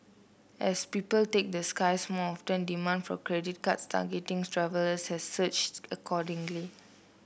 as people take the skies more often demand for credit cards targeting travellers has surged accordingly